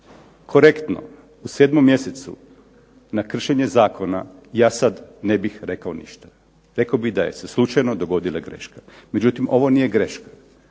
korektno u 7. mjesecu na kršenje zakona, ja sad ne bih rekao ništa. Rekao bih da je se slučajno dogodila greška. Međutim ovo nije greška.